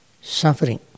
suffering